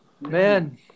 man